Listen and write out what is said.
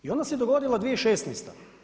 I onda se dogodila 2016.